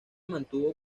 mantuvo